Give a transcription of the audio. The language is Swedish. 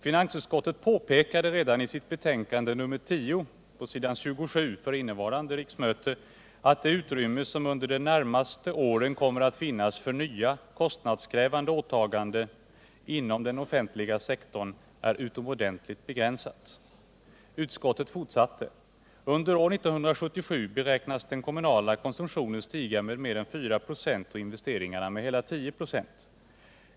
Finansutskottet påpekade redan i sitt betänkande nr 10 s. 27 för innevarande riksmöte att det utrymme som under de närmaste åren kommer att finnas för nya, kostnadskrävande åtaganden inom den offentliga sektorn är utomordentligt begränsat. Utskottet fortsatte: ”Under år 1977 beräknas den kommunala konsumtionen stiga med mer än 4 96 och investeringarna med hela 10 96.